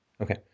Okay